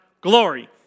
glory